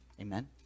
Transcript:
Amen